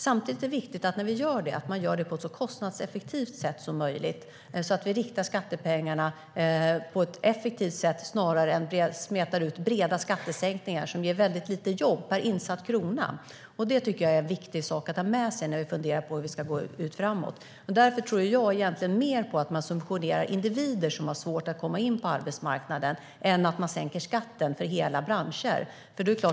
Samtidigt är det viktigt att vi gör det på ett så kostnadseffektivt sätt som möjligt så att vi riktar skattepengarna på ett effektivt sätt snarare än smetar ut breda skattesänkningar som ger väldigt lite jobb per insatt krona. Det tycker jag är en viktig sak att ha med sig när vi funderar på hur vi ska gå framåt. Därför tror jag egentligen mer på att subventionera individer som har svårt att komma in på arbetsmarknaden än att sänka skatten för hela branscher.